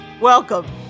Welcome